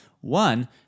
One